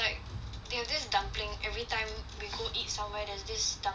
they are just dumpling every time we go eat some where there's these dumplings